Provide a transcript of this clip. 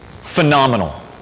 Phenomenal